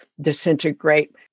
disintegrate